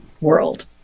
world